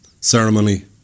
ceremony